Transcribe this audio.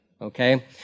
okay